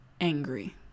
angry